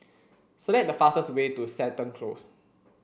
select the fastest way to Seton Close